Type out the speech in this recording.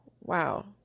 wow